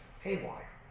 haywire